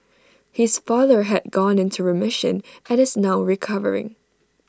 his father has gone into remission and is now recovering